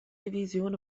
division